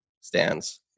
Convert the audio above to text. stands